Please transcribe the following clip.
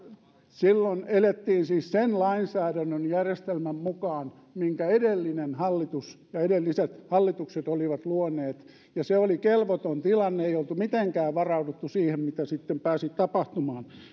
silloin elettiin siis sen lainsäädännön järjestelmän mukaan minkä edellinen hallitus ja edelliset hallitukset olivat luoneet ja se oli kelvoton tilanne ei oltu mitenkään varauduttu siihen mitä sitten pääsi tapahtumaan